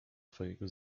twojego